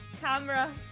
camera